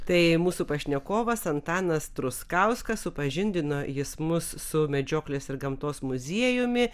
tai mūsų pašnekovas antanas truskauskas supažindino jis mus su medžioklės ir gamtos muziejumi